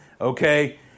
Okay